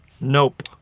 nope